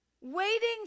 waiting